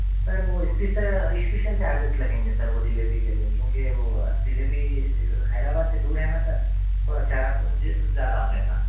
سر وہ special charges لگیں گے سر وہ ڈلیوری کے لیے کیونکہ وہ ڈلیوری حیدرآباد سے دور ہے نہ سر تھوڑا چارج زیادہ ہوجائے گا